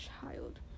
child